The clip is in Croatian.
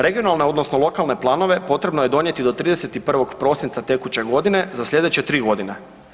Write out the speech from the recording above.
Regionalne odnosno lokalne planove potrebno je donijeti do 31. prosinca tekuće godine za slijedeće 3 godine.